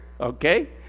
okay